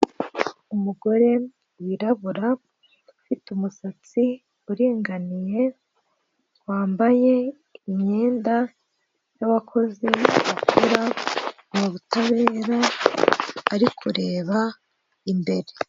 Umugore wirabura ufite umusatsi uringaniye wambaye imyenda y'abakozi bakora mu butabera ari kureba imbere.